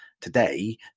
today